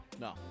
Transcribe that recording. no